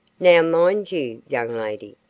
now, mind you, young lady,